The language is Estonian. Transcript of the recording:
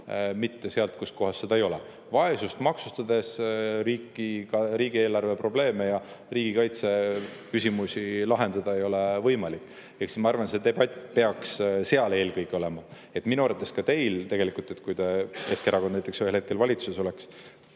mitte sealt, kus kohas seda ei ole. Vaesust maksustades riigieelarveprobleeme ja riigikaitseküsimusi lahendada ei ole võimalik. Ehk siis ma arvan, et see debatt peaks eelkõige seal olema. Minu arvates tegelikult ka teil, kui Keskerakond näiteks ühel hetkel valitsuses oleks,